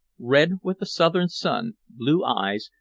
red with the southern sun, blue eyes,